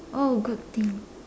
oh good thing